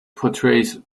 portrays